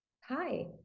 hi